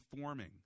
forming